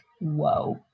whoa